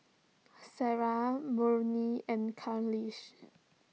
Sarah Murni and Khalish